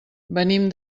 venim